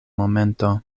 momento